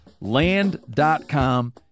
Land.com